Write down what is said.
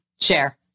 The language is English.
share